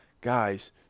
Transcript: Guys